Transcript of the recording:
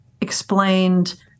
explained